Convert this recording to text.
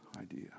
idea